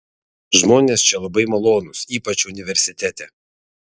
žmonės čia labai malonūs ypač universitete